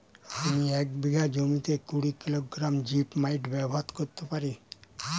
আমি এক বিঘা জমিতে কুড়ি কিলোগ্রাম জিপমাইট ব্যবহার করতে পারি?